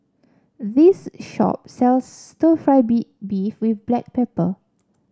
this shop sells stir fry beef with Black Pepper